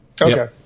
Okay